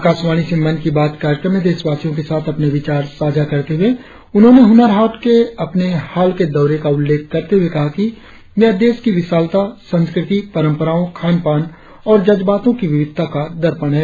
आकाशवाणी से मन की बात कार्यक्रम में देशवासियों के साथ अपने विचार साझा करते हुए उन्होंने हुनर हाट के अपने हाल के दौरे का उल्लेख करते हुए कहा कि यह देश की विशालता संस्कृति परंपराओं खान पान और जज्बातों की विविधता का दर्पण है